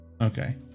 Okay